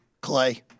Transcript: Clay